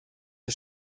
ein